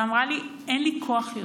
שאמרה לי: אין לי כוח יותר.